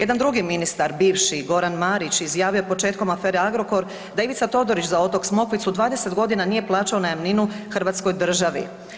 Jedan drugi ministar bivši Goran Marić izjavio je početkom afere Agrokor da je Ivica Todorić za otok Smokvicu 20 godina nije plaćao najamninu hrvatskoj državi.